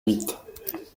huit